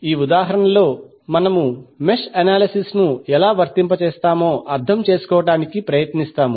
ఈ ఉదాహరణలో మనము మెష్ అనాలిసిస్ ను ఎలా వర్తింపజేస్తామో అర్థం చేసుకోవడానికి ప్రయత్నిస్తాము